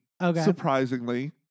surprisingly